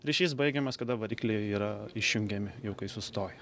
ryšys baigiamas kada varikliai yra išjungiami jau kai sustoja